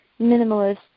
minimalist